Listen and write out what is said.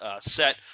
set